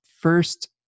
first